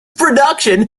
production